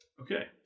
Okay